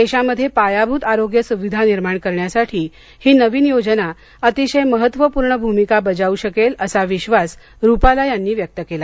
देशामध्ये पायाभूत आरोग्य सुविधा निर्माण करण्यासाठी ही नवीन योजना अतिशय महत्वपूर्ण भूमिका बजावू शकेल असा विधास रुपाला यांनी व्यक्त केला